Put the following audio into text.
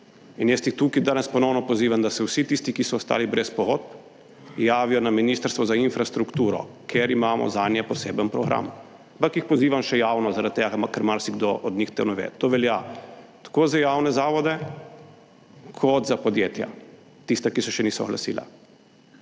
In jaz jih tu danes ponovno pozivam, da se vsi tisti, ki so ostali brez pogodb, javijo na Ministrstvo za infrastrukturo, ker imamo zanje poseben program, ampak jih pozivam še javno zaradi tega, ker marsikdo od njih tega ne ve, to velja tako za javne zavode kot za podjetja, tista, ki se še niso oglasila.